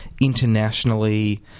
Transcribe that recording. internationally